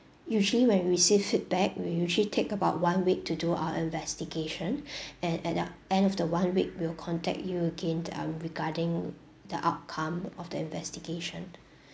usually when we receive feedback we usually take about one week to do our investigation and at the end of the one week we'll contact you again um regarding the outcome of the investigation